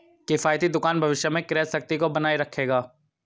किफ़ायती दुकान भविष्य में क्रय शक्ति को बनाए रखेगा